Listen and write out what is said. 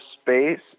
space